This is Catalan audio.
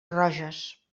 roges